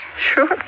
Sure